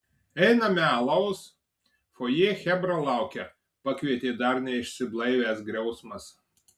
einame alaus fojė chebra laukia pakvietė dar neišsiblaivęs griausmas